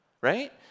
right